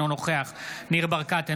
אינו נוכח ניר ברקת,